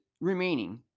remaining